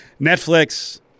Netflix